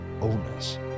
owners